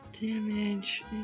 Damage